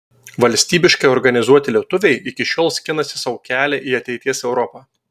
valstybiškai organizuoti lietuviai iki šiol skinasi sau kelią į ateities europą